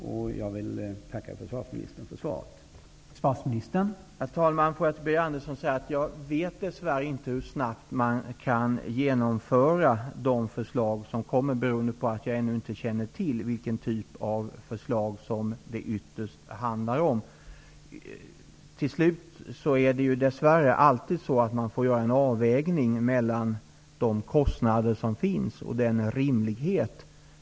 Jag vill tacka försvarsministern för svaret.